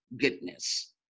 goodness